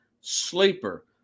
sleeper